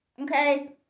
okay